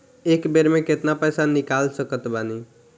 एक बेर मे केतना पैसा निकाल सकत बानी?